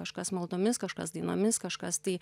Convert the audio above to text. kažkas maldomis kažkas dainomis kažkas tai